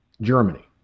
Germany